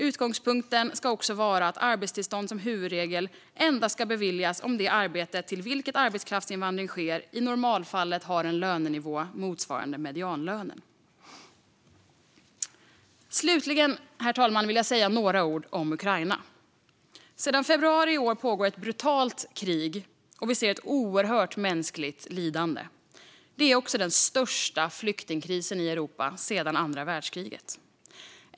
Utgångspunkten ska vara att arbetstillstånd som huvudregel endast ska beviljas om det arbete till vilket arbetskraftsinvandring sker i normalfallet har en lönenivå motsvarande medianlönen. Herr talman! Slutligen vill jag säga några ord om Ukraina. Sedan februari i år pågår ett brutalt krig, och vi ser ett oerhört mänskligt lidande. Det är också den största flyktingkrisen i Europa sedan andra världskriget.